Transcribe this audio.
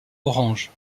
orange